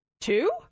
two